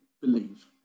believe